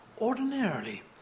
ordinarily